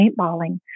paintballing